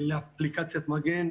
לאפליקציית מגן